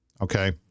Okay